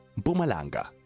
Bumalanga